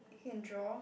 can draw